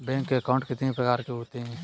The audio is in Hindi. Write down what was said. बैंक अकाउंट कितने प्रकार के होते हैं?